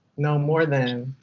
no, more than.